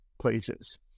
places